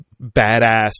badass